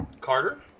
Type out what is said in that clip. Carter